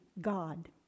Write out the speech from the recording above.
God